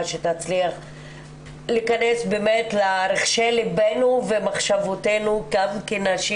שתצליח להיכנס באמת לרחשי ליבנו ומחשבותינו גם כנשים